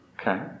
Okay